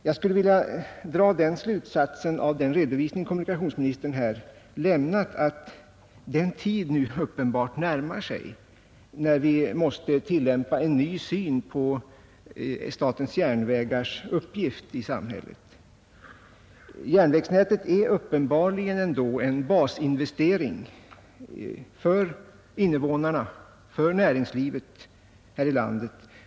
Jag skulle vilja dra den slutsatsen av den redovisning kommunikationsministern här lämnat att den tid nu uppenbart närmar sig, när vi måste tillämpa en ny syn på statens järnvägars uppgift i samhället. Järnvägsnätet är uppenbarligen ändå en basinvestering för invånarna och för näringslivet här i landet.